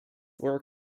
were